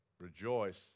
Rejoice